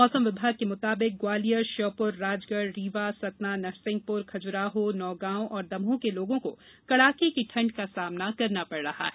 मौसम विभाग के मुताबिक ग्वालियर श्योपुर राजगढ़ रीवा सतना नरसिंहपुर खजुराहो नौगांव और दमोह के लोगों को कड़ाके की ठण्ड का सामना करना पड रहा है